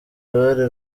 uruhare